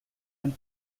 and